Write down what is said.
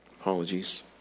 apologies